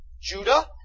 Judah